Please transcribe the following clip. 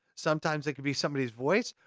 sometimes it could be somebody's voice,